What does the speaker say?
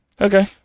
Okay